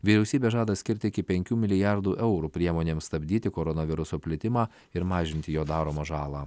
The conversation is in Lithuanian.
vyriausybė žada skirt iki penkių milijardų eurų priemonėms stabdyti koronaviruso plitimą ir mažinti jo daromą žalą